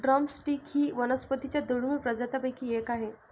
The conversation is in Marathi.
ड्रम स्टिक ही वनस्पतीं च्या दुर्मिळ प्रजातींपैकी एक आहे